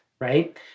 Right